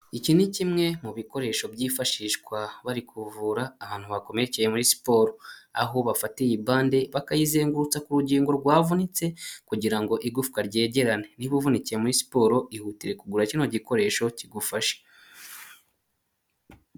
Iki ni kimwe mu bikoresho byifashishwa bari kuvura ahantu hakomerekeye muri siporo aho bafatiye bande bakayizengutsa ku rugingo rwavunitse kugira igufwa ryegerane, niba uvunikiye muri siporo ihutire kugura kino gikoresho kigufashe.